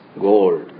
Gold